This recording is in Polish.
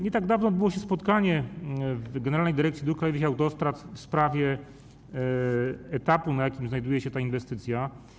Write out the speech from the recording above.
Nie tak dawno odbyło się spotkanie w Generalnej Dyrekcji Dróg Krajowych i Autostrad w sprawie tego, na jakim etapie znajduje się ta inwestycja.